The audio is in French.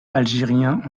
algérien